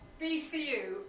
BCU